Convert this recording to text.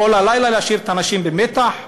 כל הלילה להשאיר את האנשים במתח?